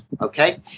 Okay